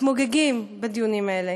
מתמוגגים בדיונים האלה.